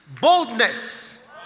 boldness